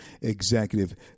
Executive